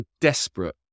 desperate